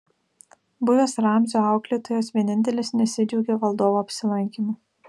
buvęs ramzio auklėtojas vienintelis nesidžiaugė valdovo apsilankymu